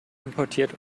importiert